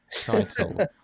title